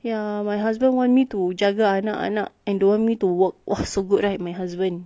ya my husband want me to jaga anak-anak and don't want me to work !wah! so good right my husband